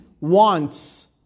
wants